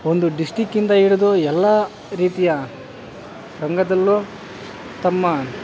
ಒಂದು ಡಿಷ್ಟಿಕ್ಕಿಂದ ಹಿಡ್ದು ಎಲ್ಲ ರೀತಿಯ ರಂಗದಲ್ಲೂ ತಮ್ಮ